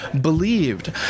believed